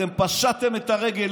אתם פשטתם את הרגל.